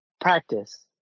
practice